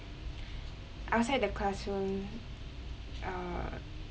outside the classroom uh